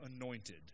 anointed